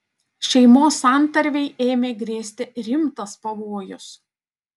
šeimos santarvei ėmė grėsti rimtas pavojus